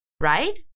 right